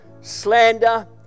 slander